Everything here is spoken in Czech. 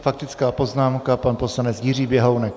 Faktická poznámka, pan poslanec Jiří Běhounek.